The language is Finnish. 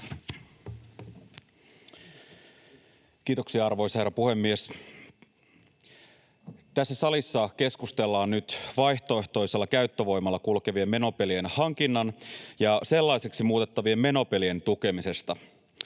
Kiitoksia, arvoisa herra puhemies! Tässä salissa keskustellaan nyt vaihtoehtoisella käyttövoimalla kulkevien menopelien hankinnan ja sellaiseksi muutettavien menopelien tukemisesta.